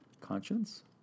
Conscience